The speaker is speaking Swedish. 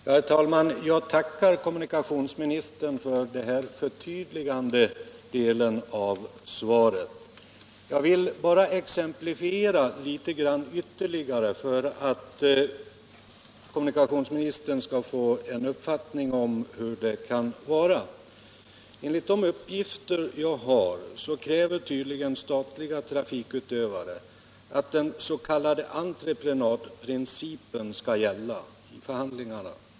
Herr talman! Jag tackar kommunikationsministern för detta förtydligande av hans svar. Jag vill bara exemplifiera litet grand ytterligare för att kommunikationsministern skall få en uppfattning om hur det kan ligga till. Enligt de uppgifter jag har kräver tydligen statliga trafikutövare att den s.k. entreprenadprincipen skall gälla vid förhandlingarna.